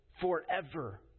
forever